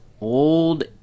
old